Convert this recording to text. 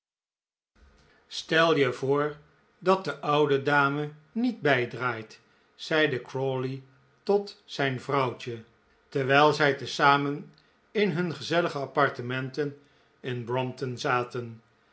stel je voor dat de oude dame niet bijdraait zeide crawley tot zijn vrouwtje terwijl zij te zamen in hun gezellige appartementen in brompton zaten